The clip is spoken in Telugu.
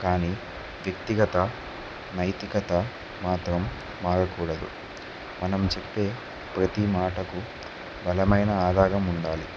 కానీ వ్యక్తిగత నైతికత మాత్రం మారకూడదు మనం చెప్పే ప్రతి మాటకు బలమైన ఆధారం ఉండాలి